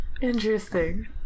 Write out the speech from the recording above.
Interesting